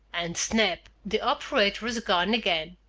and snap! the operator was gone again.